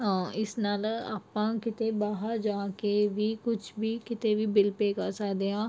ਇਸ ਨਾਲ ਆਪਾਂ ਕਿਤੇ ਬਾਹਰ ਜਾ ਕੇ ਵੀ ਕੁਛ ਵੀ ਕਿਤੇ ਵੀ ਬਿੱਲ ਪੇ ਕਰ ਸਕਦੇ ਆਂ